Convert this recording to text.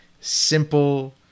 simple